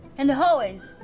in the hallways.